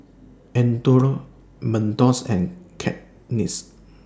Andre Mentos and Cakenis